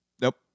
nope